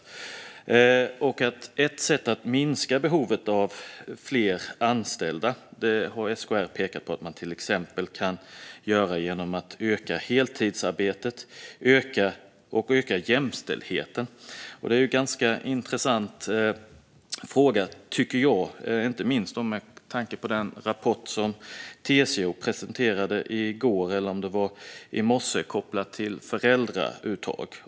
SKR har pekat på att ett sätt att minska behovet av fler anställda är att öka heltidsarbetet och öka jämställdheten. Jag tycker att det är en ganska intressant fråga, inte minst med tanke på den rapport som TCO presenterade i går - eller om det var i morse - om föräldraledighetsuttag.